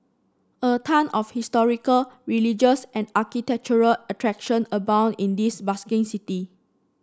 a ton of historical religious and architectural attraction abound in this bustling city